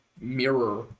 mirror